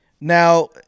Now